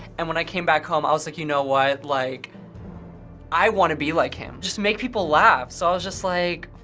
and when i came back home, i was like, you know what? like i wanna be like him, just make people laugh. so i was just like,